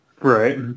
Right